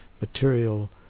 material